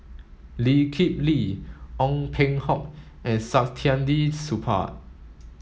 Lee Kip Lee Ong Peng Hock and Saktiandi Supaat